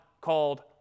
called